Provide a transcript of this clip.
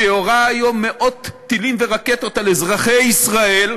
שיורה היום מאות טילים ורקטות על אזרחי ישראל,